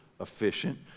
efficient